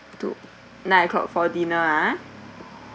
two nine o'clock for dinner ah